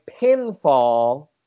pinfall